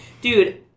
Dude